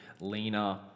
leaner